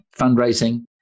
fundraising